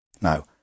Now